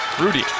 Rudy